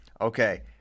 okay